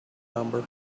number